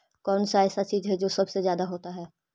कौन सा ऐसा चीज है जो सबसे ज्यादा होता है?